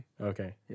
Okay